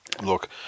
Look